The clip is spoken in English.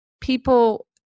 people